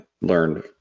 learned